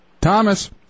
Thomas